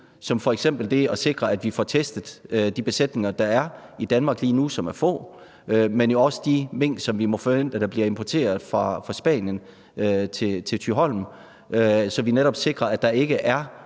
som f.eks. at sikre, at vi får testet de besætninger, der er i Danmark lige nu, som er få, men jo også de mink, som bliver importeret fra Spanien til Thyholm, så vi netop sikrer, at der ikke er